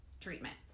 treatment